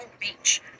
Beach